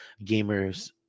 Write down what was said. gamers